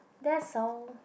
that's all